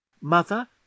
mother